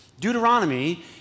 Deuteronomy